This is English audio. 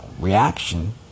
reaction